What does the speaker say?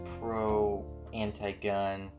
pro-anti-gun